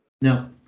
No